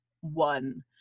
one